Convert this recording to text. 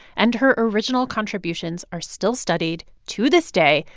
and her original contributions are still studied to this day,